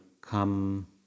come